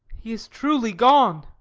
he has truly gone.